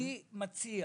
אני מציע